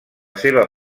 seva